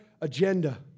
agenda